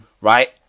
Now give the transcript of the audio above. right